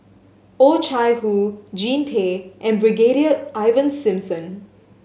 Oh Chai Hoo Jean Tay and Brigadier Ivan Simson